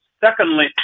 Secondly